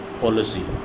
policy